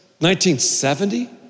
1970